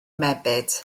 mebyd